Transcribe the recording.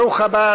ברוך הבא,